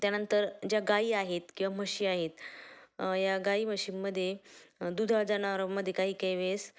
त्यानंतर ज्या गाई आहेत किंवा म्हशी आहेत या गाई म्हशीमध्ये दुधाळ जनावरामध्ये काही काही वेळेस